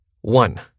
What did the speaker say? One